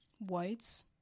whites